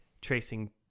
tracing